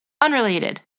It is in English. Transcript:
unrelated